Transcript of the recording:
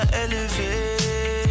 elevate